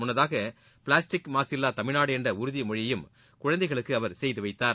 முன்னதாக பிளாஸ்டிக் மாசில்லா தமிழ்நாடு என்ற உறுதி மொழியையும் குழந்தைகளுக்கு அவர் செய்து வைத்தார்